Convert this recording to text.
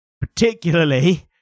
particularly